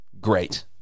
great